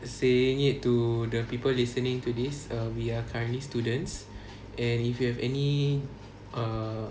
saying it to the people listening to this err we are currently students and if you have any err